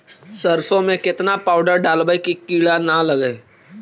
सरसों में केतना पाउडर डालबइ कि किड़ा न लगे?